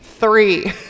three